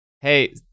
hey